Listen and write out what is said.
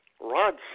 Rod